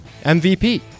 MVP